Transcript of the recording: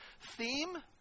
theme